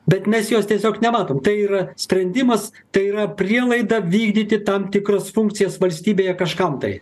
bet mes jos tiesiog nematom tai yra sprendimas tai yra prielaida vykdyti tam tikras funkcijas valstybei ar kažkam tai